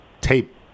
tape